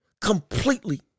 Completely